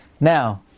Now